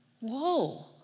Whoa